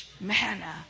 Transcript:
manna